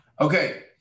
Okay